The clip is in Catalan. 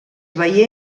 veié